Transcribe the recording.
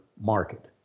market